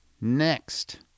next